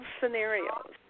scenarios